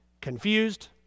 confused